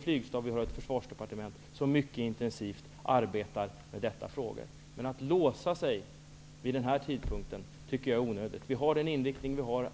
Flygstaben och Försvarsdepartementet som mycket intensivt arbetar med dessa frågor. Att vid den här tidpunkten låsa sig tycker jag är onödigt. Vi har den inriktning vi har.